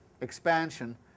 expansion